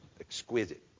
exquisite